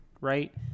right